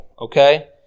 okay